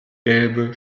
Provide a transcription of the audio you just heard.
gelbe